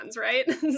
right